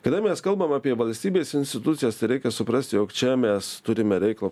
kada mes kalbam apie valstybės institucijas tai reikia suprast jog čia mes turime reikalo